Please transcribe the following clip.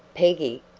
peggy,